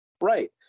Right